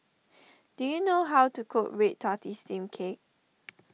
do you know how to cook Red Tortoise Steamed Cake